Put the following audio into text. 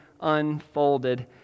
unfolded